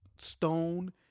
stone